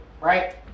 right